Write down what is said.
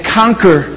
conquer